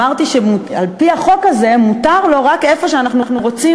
אמרתי שעל-פי החוק הזה מותר לו רק איפה שאנחנו רוצים,